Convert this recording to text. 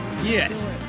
Yes